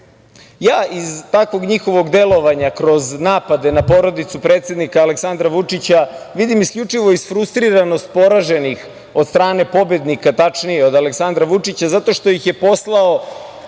SNS.Iz takvog njihovog delovanja, kroz napade na porodicu predsednika Aleksandra Vučić, ja vidim isključivo isfrustriranost poraženih od strane pobednika, tačnije od Aleksandra Vučića, zato što ih je poslao